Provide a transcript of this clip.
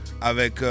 avec